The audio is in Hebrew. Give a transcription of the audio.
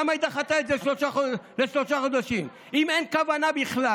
למה היא דחתה את זה בשלושה חודשים אם אין כוונה בכלל?